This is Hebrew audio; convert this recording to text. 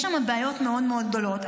יש שם בעיות מאוד מאוד גדולות.